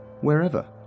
wherever